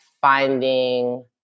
finding